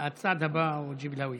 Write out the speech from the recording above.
הצעד הבא הוא ג'יב אל-הוויה,